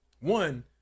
one